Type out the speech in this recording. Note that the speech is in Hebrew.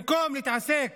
במקום להתעסק